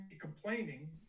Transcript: complaining